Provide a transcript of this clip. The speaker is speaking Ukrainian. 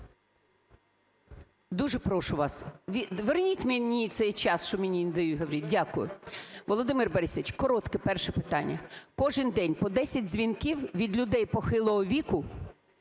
Дуже прошу вас, верніть мені цей час, що мені не дають говорити. Дякую. Володимире Борисовичу, коротке перше питання. Кожен день по десять дзвінків від людей похилого віку,